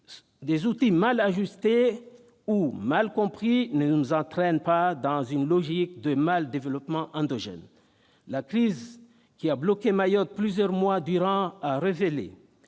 des outils mal ajustés ou mal compris ne nous entraînent pas dans une logique de mal-développement endogène. La crise qui a bloqué Mayotte plusieurs mois durant a révélé